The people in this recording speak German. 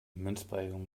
münzprägung